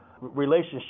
relationship